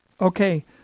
okay